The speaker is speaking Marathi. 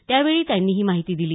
त्यावेळी त्यांनी ही माहिती दिली